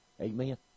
Amen